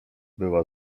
była